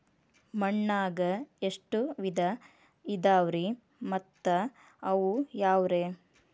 ಮಣ್ಣಾಗ ಎಷ್ಟ ವಿಧ ಇದಾವ್ರಿ ಮತ್ತ ಅವು ಯಾವ್ರೇ?